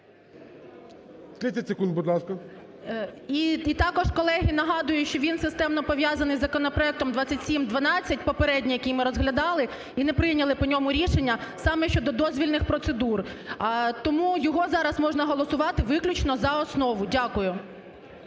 І також, колеги, нагадую, що він системно пов'язаний з законопроектом 2712, попередньо який ми розглядали і не прийняли по ньому рішення, саме щодо дозвільних процедур. Тому його зараз можна голосувати виключно за основу. Дякую.